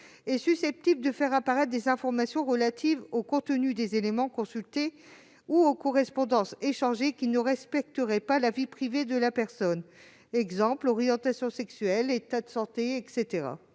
est susceptible de faire apparaître des informations relatives au contenu des éléments consultés ou aux correspondances échangées qui ne respecteraient pas la vie privée de la personne- par exemple l'orientation sexuelle, l'état de santé, etc.